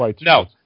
No